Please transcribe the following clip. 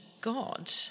God